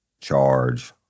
charge